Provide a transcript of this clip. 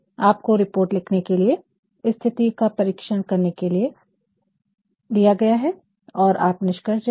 आपको रिपोर्ट लिखने के लिए स्थिति का परीक्षण करने के लिए लिया गया है और आप निष्कर्ष देते हैं